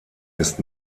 ist